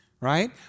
right